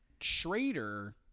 Schrader